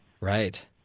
Right